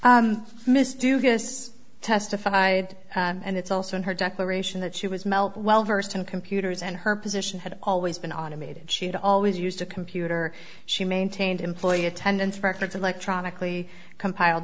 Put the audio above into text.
dugas testified and it's also in her declaration that she was mel well versed in computers and her position had always been automated she had always used a computer she maintained employee attendance records electronically compiled